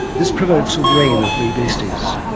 this provokes a rain of wee beasties.